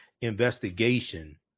investigation